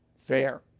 fair